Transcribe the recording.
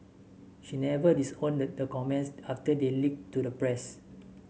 she never disowned the comments after they leaked to the press